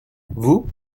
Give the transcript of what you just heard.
vous